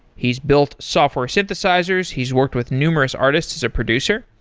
he's built software synthesizers. he's worked with numerous artists. he's a producer.